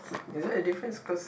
is there a difference cause